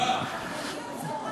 איזו בשורה?